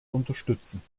unterstützen